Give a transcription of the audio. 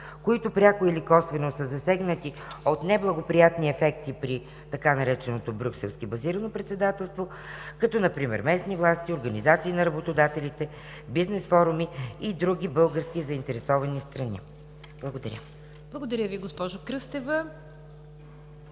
които пряко или косвено са засегнати от неблагоприятни ефекти при така нареченото „брюкселски базирано председателство“, като местни власти, организации на работодателите, бизнес форуми и други български заинтересовани страни? Благодаря. ПРЕДСЕДАТЕЛ НИГЯР ДЖАФЕР: Благодаря Ви, госпожо Кръстева.